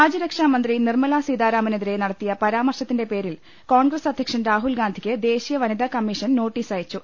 രാജ്യരക്ഷാമന്ത്രി നിർമലാ സീതാരാമനെതിരെ നടത്തിയ പരാ മർശത്തിന്റെ പേരിൽ കോൺഗ്രസ് അധ്യക്ഷൻ രാഹുൽഗാന്ധിക്ക് ദേശീയ വനിതാ കമ്മീഷൻ നോട്ടീസ് അയച്ചു